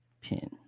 Pin